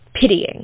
pitying